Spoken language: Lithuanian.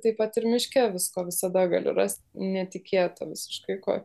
taip pat ir miške visko visada galiu rast netikėto visiškai ko